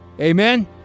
amen